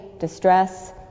distress